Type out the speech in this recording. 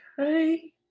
okay